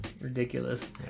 ridiculous